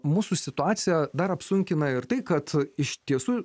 mūsų situaciją dar apsunkina ir tai kad iš tiesų